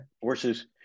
forces